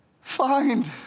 find